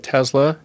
Tesla